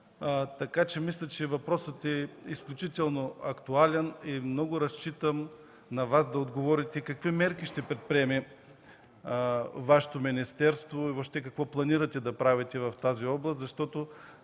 лекар. Мисля, че въпросът е изключително актуален и много разчитам на Вас да отговорите какви мерки ще предприеме Вашето министерство и въобще какво планирате да правите в тази област? Наистина